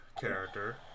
character